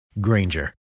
Granger